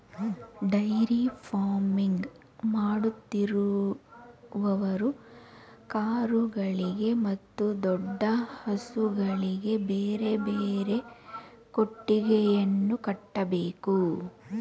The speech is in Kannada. ಡೈರಿ ಫಾರ್ಮಿಂಗ್ ಮಾಡುತ್ತಿರುವವರು ಕರುಗಳಿಗೆ ಮತ್ತು ದೊಡ್ಡ ಹಸುಗಳಿಗೆ ಬೇರೆ ಬೇರೆ ಕೊಟ್ಟಿಗೆಯನ್ನು ಕಟ್ಟಬೇಕು